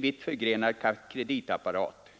vitt förgrenad kreditapparat.